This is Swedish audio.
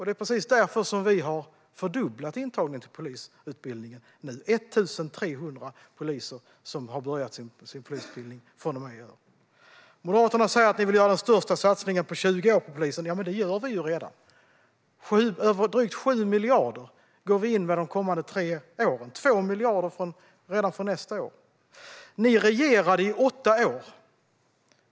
Det är precis därför som vi nu har fördubblat intagningen till polisutbildningen. 1 300 har börjat sin polisutbildning i år. Moderaterna säger att de vill göra den största satsningen på polisen på 20 år. Ja, men det gör vi redan. Vi går in med drygt 7 miljarder de kommande tre åren. Det är 2 miljarder redan från nästa år. Ni regerade i åtta år.